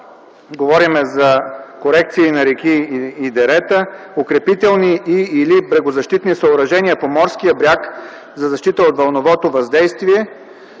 говорим за корекции на реки и дерета, укрепителни и/или брегозащитни съоръжения по морския бряг за защита от вълновото въздействие,